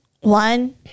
one